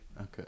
Okay